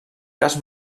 cas